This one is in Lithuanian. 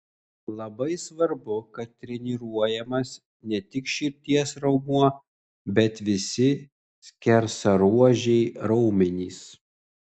labai svarbu kad treniruojamas ne tik širdies raumuo bet visi skersaruožiai raumenys